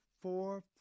four